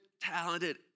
talented